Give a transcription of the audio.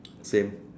same